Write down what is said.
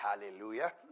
Hallelujah